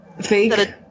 Fake